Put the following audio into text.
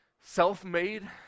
self-made